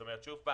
שוב,